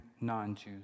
non-Jews